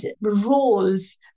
roles